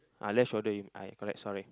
ah left shoulder you mean uh I correct sorry